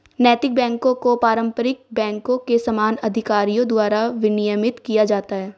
नैतिक बैकों को पारंपरिक बैंकों के समान अधिकारियों द्वारा विनियमित किया जाता है